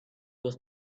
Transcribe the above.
was